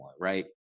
right